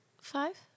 five